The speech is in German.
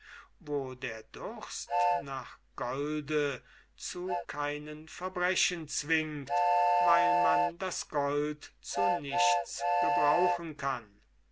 wo der durst nach golde zu keinen verbrechen zwingt weil man das gold zu nichts gebrauchen kann